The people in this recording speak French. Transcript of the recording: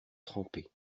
trempé